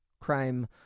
crime